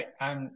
right